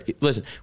Listen